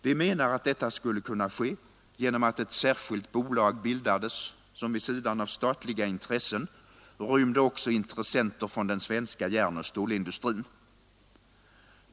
Vi menar att detta skulle kunna ske genom att ett särskilt bolag bildades, som vid sidan av statliga intressen rymde också intressenter från den svenska järnoch stålindustrin.